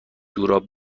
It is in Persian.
جوراب